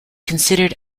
considered